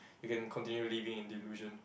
you can continue living in delusion